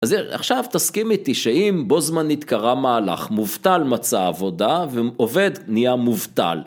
אז עכשיו תסכים איתי שאם בו זמנית קרה מהלך, מובטל מצא עבודה ועובד נהיה מובטל.